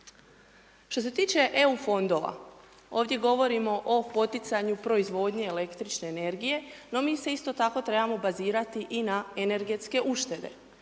Što se tiče Eu fondova, ovdje govorimo o poticanju proizvodnje električne energije, no mi se isto tako trebamo bazirati i na energetske uštede.